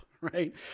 right